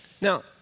Now